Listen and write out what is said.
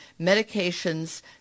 medications